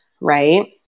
right